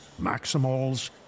Maximals